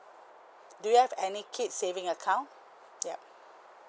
do you have any kids saving account ya